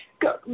Go